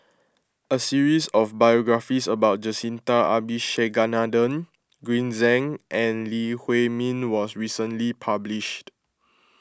a series of biographies about Jacintha Abisheganaden Green Zeng and Lee Huei Min was recently published